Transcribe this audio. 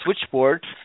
switchboard